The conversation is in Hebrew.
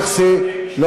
שרת המשפטים,